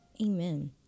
Amen